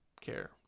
care